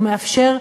הוא מאפשר,